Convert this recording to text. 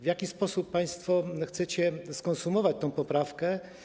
W jaki sposób państwo chcecie skonsumować tę poprawkę?